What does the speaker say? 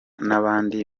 n’andi